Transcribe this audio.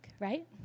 right